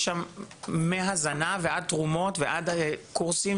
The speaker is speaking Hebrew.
יש שם מהזנה ועד תרומות ועד קורסים.